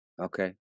Okay